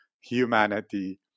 humanity